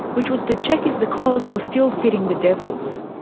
which was to check if the collars were still fitting the devils.